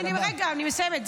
רגע, אני מסיימת.